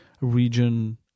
region